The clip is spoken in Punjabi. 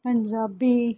ਪੰਜਾਬੀ